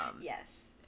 Yes